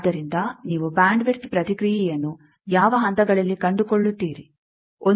ಆದ್ದರಿಂದ ನೀವು bandwidth ಪ್ರತಿಕ್ರಿಯೆಯನ್ನು ಯಾವ ಹಂತಗಳಲ್ಲಿ ಕಂಡುಕೊಳ್ಳುತ್ತೀರಿ 1